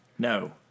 No